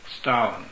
Stalin